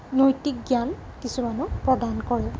নৈতিক জ্ঞান কিছুমানো প্ৰদান কৰে